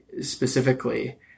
specifically